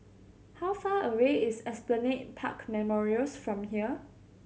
how far away is Esplanade Park Memorials from here